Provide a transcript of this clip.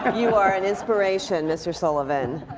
ah you are an inspiration, mr. sullivan.